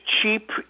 cheap